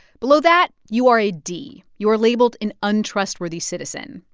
below that, you are a d. you're labeled an untrustworthy citizen.